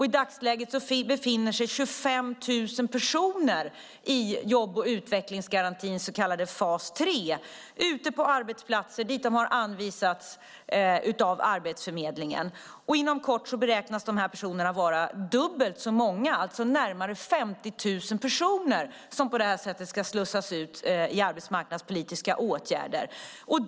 I dagsläget befinner sig 25 000 personer i jobb och utvecklingsgarantins så kallade fas 3 ute på arbetsplatser dit de har anvisats av Arbetsförmedlingen. Inom kort beräknas de personerna vara dubbelt så många. Det är alltså närmare 50 000 personer som på det här sättet ska slussas ut i arbetsmarknadspolitiska åtgärder.